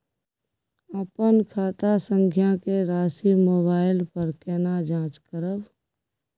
अपन खाता संख्या के राशि मोबाइल पर केना जाँच करब?